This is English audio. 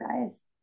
guys